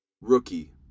rookie